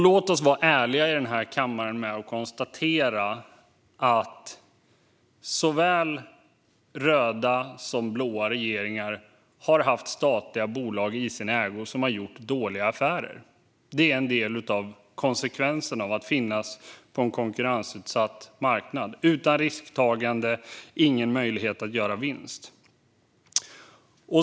Låt oss vara ärliga i denna kammare och konstatera att såväl röda som blå regeringar har haft statliga bolag i sin ägo som har gjort dåliga affärer. Det är en del av konsekvenserna av att finnas på en konkurrensutsatt marknad. Utan risktagande finns ingen möjlighet att göra vinst.